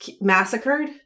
massacred